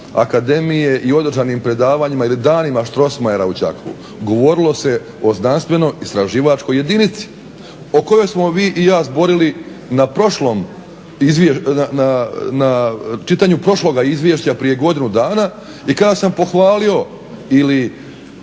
Akademije i održanim predavanjima ili danima Strossmayera u Đakovu. Govorilo se o znanstveno-istraživačkoj jedinici o kojoj smo vi i ja zborili na prošlom, na čitanju prošloga izvješća prije godinu dana i kada sam pohvalio ili